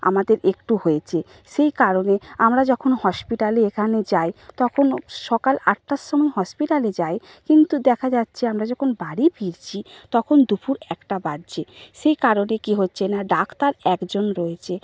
আমাদের একটু হয়েছে সেই কারণে আমরা যখন হসপিটালে এখানে যাই তখন সকাল আটটার সময় হসপিটালে যাই কিন্তু দেখা যাচ্ছে আমরা যখন বাড়ি ফিরছি তখন দুপুর একটা বাজছে সেই কারণে কী হচ্ছে না ডাক্তার একজন রয়েছে